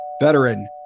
veteran